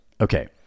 Okay